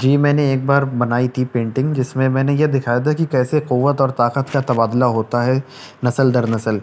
جی میں نے ایک بار بنائی تھی پینٹنگ جس میں میں نے یہ دکھایا تھا کہ کیسے قوت اور طاقت کا تبادلہ ہوتا ہے نسل در نسل